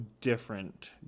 different